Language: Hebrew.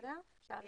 אפשר להתקדם.